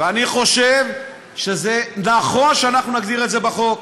ואני חושב שזה נכון שאנחנו נגדיר את זה בחוק.